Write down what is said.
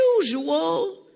usual